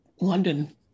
London